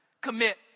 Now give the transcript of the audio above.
commit